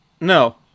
No